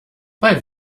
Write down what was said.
bei